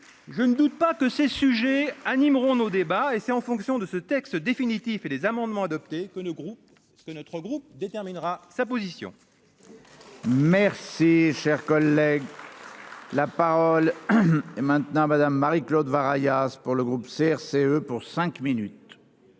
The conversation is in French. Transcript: je ne doute pas que ces sujets animeront nos débats et c'est en fonction de ce texte définitif et les amendements adoptés que le groupe ce que notre groupe déterminera sa position. Merci, cher collègue. La parole est maintenant Madame Marie-Claude va Ayaz pour le groupe CRCE pour cinq minutes.